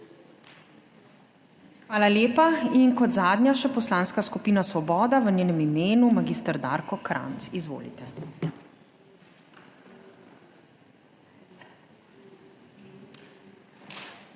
Hvala lepa. In kot zadnja še Poslanska skupina Svoboda, v njenem imenu mag. Darko Krajnc. Izvolite.